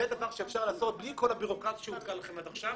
זה דבר שאפשר לעשות בלי כל הבירוקרטיה עד עכשיו.